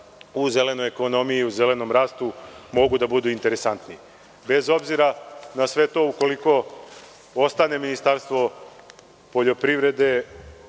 u zelenoj ekonomiji mogu da budu interesantni. Bez obzira na sve to, ukoliko ostane Ministarstvo poljoprivrede